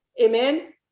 amen